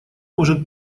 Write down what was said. может